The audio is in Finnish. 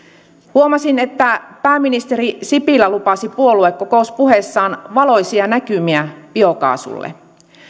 huomasin että pääministeri sipilä lupasi puoluekokouspuheessaan valoisia näkymiä biokaasulle